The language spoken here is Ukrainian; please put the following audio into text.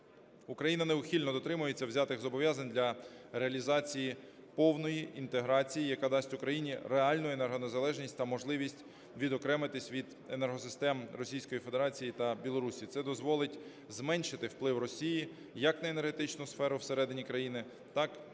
Україна неухильно дотримується взятих зобов'язань для реалізації повної інтеграції, яка дасть Україні реальну енергонезалежність та можливість відокремитися від енергосистем Російської Федерації та Білорусі. Це дозволить зменшити вплив Росії як на енергетичну сферу всередині країни, так і на європейські